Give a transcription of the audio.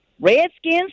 Redskins